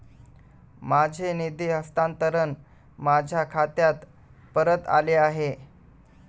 माझे निधी हस्तांतरण माझ्या खात्यात परत आले आहे